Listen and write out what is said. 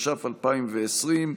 התש"ף 2020,